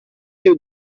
you